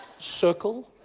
circle,